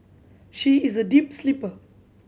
she is a deep sleeper